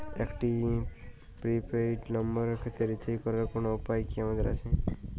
একটি prepaid নম্বরের ক্ষেত্রে রিচার্জ করার কোনো উপায় কি আমাদের আছে?